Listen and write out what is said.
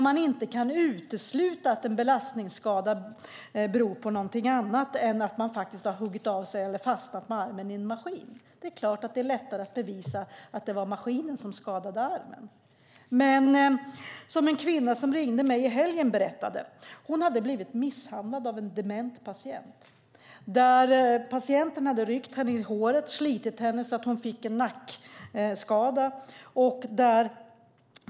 När det handlar om en belastningsskada eller att man har fastnat med armen i en maskin är det klart att det är lättare att bevisa att det var maskinen som skadade armen än det är att bevisa något i en situation som en kvinna som ringde mig i helgen berättade om. Hon hade blivit misshandlad av en dement patient. Patienten hade ryckt henne i håret och slitit i henne så att hon fick en nackskada.